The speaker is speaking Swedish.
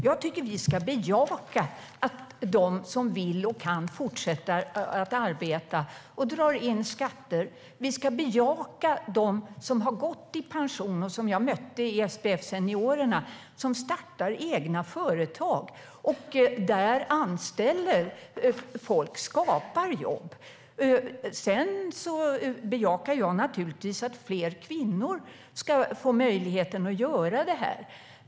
Jag tycker att vi ska bejaka dem som vill och kan fortsätta att arbeta och betala skatt. Vi ska bejaka dem som har gått i pension och som jag mötte i SPF Seniorerna. De startar egna företag och anställer personer. De skapar jobb. Jag bejakar naturligtvis att fler kvinnor ska få möjlighet att göra detta.